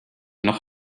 noch